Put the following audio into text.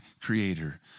creator